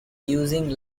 using